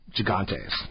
Gigantes